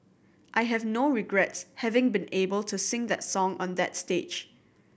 I have no regrets having been able to sing that song on that stage